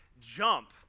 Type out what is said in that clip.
Jump